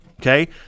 Okay